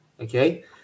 okay